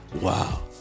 wow